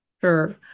Sure